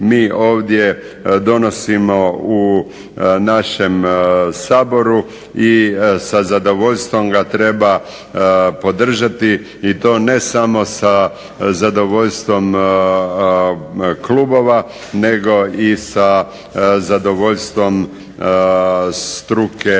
Mi ovdje donosimo u našem Saboru i sa zadovoljstvom ga treba podržati i to ne samo sa zadovoljstvom klubova nego i sa zadovoljstvom struke